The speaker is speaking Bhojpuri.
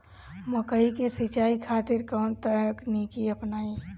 मकई के सिंचाई खातिर कवन तकनीक अपनाई?